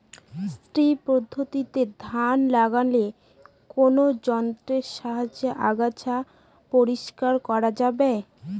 শ্রী পদ্ধতিতে ধান লাগালে কোন যন্ত্রের সাহায্যে আগাছা পরিষ্কার করা যাবে?